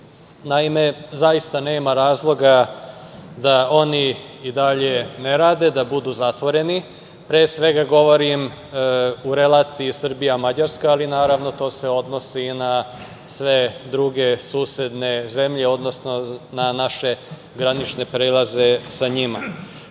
Zaista nema razloga da oni i dalje ne rade, da budu zatvoreni. Pre svega, govorim u relaciji Srbija - Mađarska, ali naravno, to se odnosi i na sve druge susedne zemlje, odnosno na naše granične prelaze sa njima. Što